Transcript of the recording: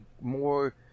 more